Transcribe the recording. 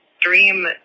dream